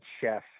chef